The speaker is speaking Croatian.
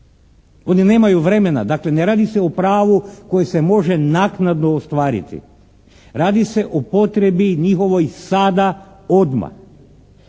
Oni nemaju vremena. Dakle, ne radi se o pravu koje se može naknadno ostvariti. Radi se o potrebi njihovoj sada odmah.